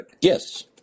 Yes